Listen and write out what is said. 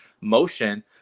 motion